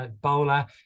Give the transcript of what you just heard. bowler